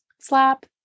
slap